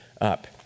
up